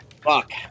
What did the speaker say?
Fuck